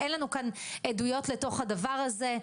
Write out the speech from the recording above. אין לנו כאן עדויות לתוך הדבר הזה,